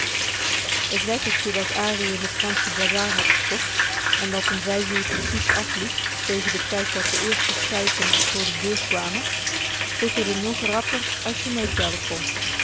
t wekkertje dat an in de fransche bazar had gekocht en dat om vijf uur precies afliep tegen den tijd dat de eerste schuiten voor de deuren kwamen tikkerde nog rapper as je meetellen kon